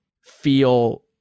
feel